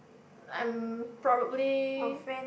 I'm probably